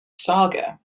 saga